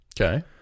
Okay